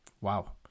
Wow